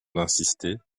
d’insister